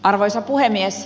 arvoisa puhemies